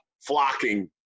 flocking